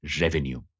revenue